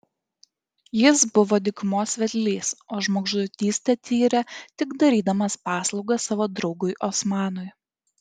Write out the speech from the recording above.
jis buvo dykumos vedlys o žmogžudystę tyrė tik darydamas paslaugą savo draugui osmanui